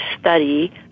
study